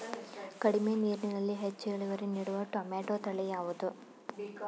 ಕಡಿಮೆ ನೀರಿನಲ್ಲಿ ಹೆಚ್ಚು ಇಳುವರಿ ನೀಡುವ ಟೊಮ್ಯಾಟೋ ತಳಿ ಯಾವುದು?